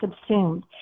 subsumed